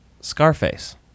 Scarface